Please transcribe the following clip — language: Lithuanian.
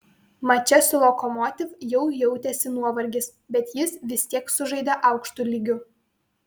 mače su lokomotiv jau jautėsi nuovargis bet jis vis tiek sužaidė aukštu lygiu